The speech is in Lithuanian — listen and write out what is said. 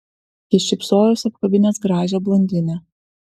jis šypsojosi apkabinęs gražią blondinę